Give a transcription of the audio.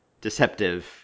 deceptive